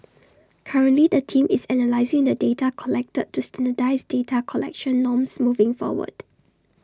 currently the team is analysing the data collected to standardise data collection norms moving forward